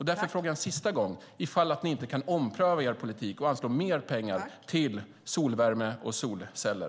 Därför frågar jag en sista gång: Kan ni inte ompröva er politik och anslå mer pengar till solvärme och solceller?